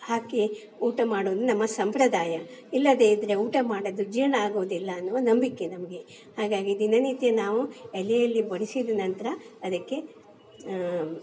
ಹಾಕಿ ಊಟ ಮಾಡುವುದು ನಮ್ಮ ಸಂಪ್ರದಾಯ ಇಲ್ಲದೇ ಇದ್ದರೆ ಊಟ ಮಾಡೋದು ಜೀರ್ಣ ಆಗುವುದಿಲ್ಲ ಅನ್ನುವ ನಂಬಿಕೆ ನಮಗೆ ಹಾಗಾಗಿ ದಿನನಿತ್ಯ ನಾವು ಎಲೆಯಲ್ಲಿ ಬಡಿಸಿದ ನಂತರ ಅದಕ್ಕೆ